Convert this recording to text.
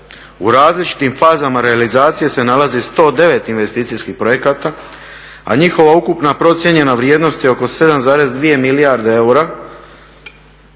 U različitim fazama realizacije se nalazi 109 investicijskih projekata, a njihova ukupna procijenjena vrijednost je oko 7,2 milijarde eura